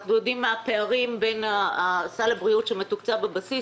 אנחנו יודעים מה הפערים בין סל הבריאות שמתוקצב בבסיס,